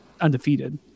undefeated